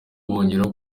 bongeraho